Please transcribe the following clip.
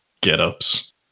get-ups